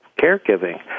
caregiving